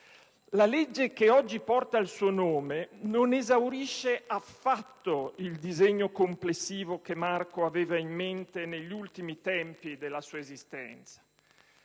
La legge che oggi porta il suo nome non esaurisce affatto il disegno complessivo che Marco aveva in mente negli ultimi tempi della sua esistenza.